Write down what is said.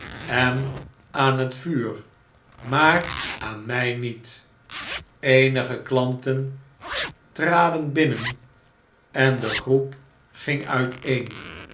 en aan het vuur maar aan mjj niet eenige klanten traden binnen en de groep ging uiteen